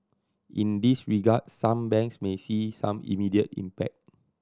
in this regard some banks may see some immediate impact